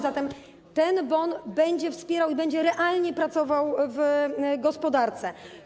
Zatem ten bon będzie wspierał gospodarkę i będzie realnie pracował w gospodarce.